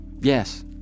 Yes